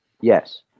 yes